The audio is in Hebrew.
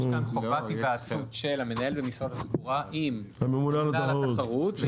יש כאן חובת היוועצות של המנהל במשרד התחבורה עם הממונה על התחרות.